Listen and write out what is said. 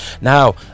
now